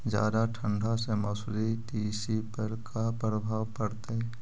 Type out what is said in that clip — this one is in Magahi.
जादा ठंडा से मसुरी, तिसी पर का परभाव पड़तै?